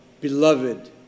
beloved